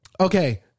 okay